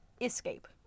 Escape